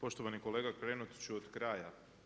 Poštovani kolega krenuti ću od kraja.